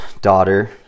daughter